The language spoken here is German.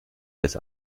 des